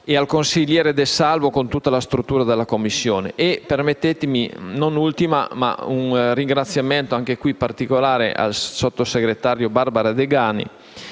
e al consigliere De Salvo, con tutta la struttura della Commissione. Permettetemi, non ultimo, di fare un ringraziamento particolare al sottosegretario Barbara Degani,